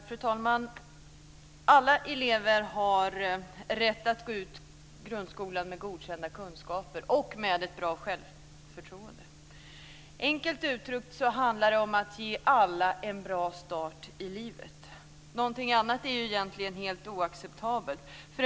Fru talman! Alla elever har rätt att gå ut grundskolan med betyget Godkänd på sina kunskaper och ett bra självförtroende. Enkelt uttryckt handlar det om att ge alla en bra start i livet. Någonting annat är egentligen helt oacceptabelt.